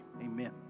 Amen